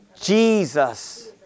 Jesus